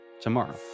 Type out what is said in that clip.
tomorrow